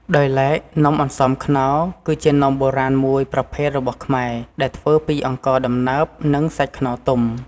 ដោយឡែកនំអន្សមខ្នុរ គឺជានំបុរាណមួយប្រភេទរបស់ខ្មែរ ដែលធ្វើពីអង្ករដំណើបនិងសាច់ខ្នុរទុំ។